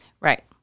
Right